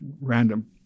random